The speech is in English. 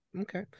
Okay